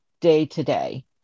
day-to-day